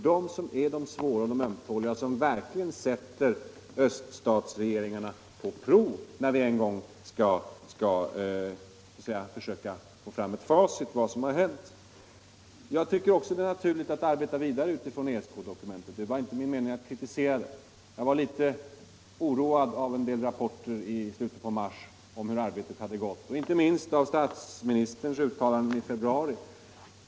Det är ju de svåra och ömtåliga fallen som verkligen sätter öststatsregeringarna på prov, när vi en gång skall försöka få fram ett facit av vad som har hänt. Jag tycker också att det är naturligt att arbeta vidare utifrån ESK dokumentet. Det var inte min mening att kritisera det. Jag var litet oroad av en del rapporter i slutet av mars om hur arbetet hade gått och inte minst av statsministerns uttalande i februari.